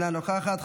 אינה נוכחת.